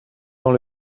dans